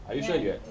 are you sure you ha~